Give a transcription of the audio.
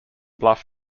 bluff